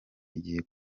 igiye